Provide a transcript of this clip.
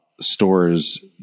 stores